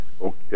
Okay